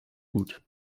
gut